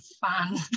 fun